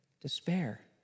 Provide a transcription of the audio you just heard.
despair